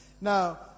Now